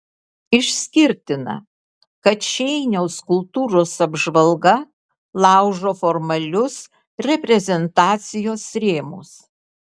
išskirtina kad šeiniaus kultūros apžvalga laužo formalius reprezentacijos rėmus